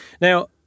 Now